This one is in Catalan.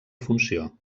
funció